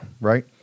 right